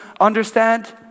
understand